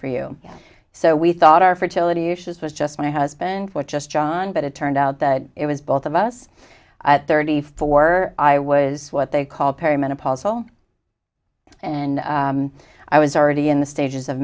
for you so we thought our fertility issues was just my husband's what just john but it turned out that it was both of us at thirty four i was what they called peri menopausal and i was already in the stages of